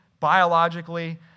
biologically